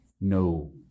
No